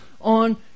on